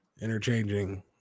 interchanging